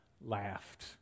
laughed